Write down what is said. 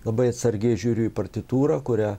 labai atsargiai žiūriu į partitūrą kurią